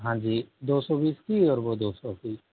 हाँ जी दो सौ बीस की और वह दो सौ की